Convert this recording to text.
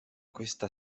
questa